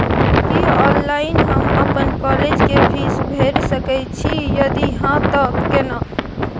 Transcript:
की online हम अपन college के फीस भैर सके छि यदि हाँ त केना?